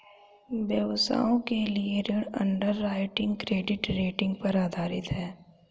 व्यवसायों के लिए ऋण अंडरराइटिंग क्रेडिट रेटिंग पर आधारित है